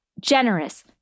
generous